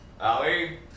Allie